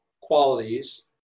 qualities